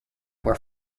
where